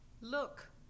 Look